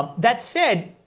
that said,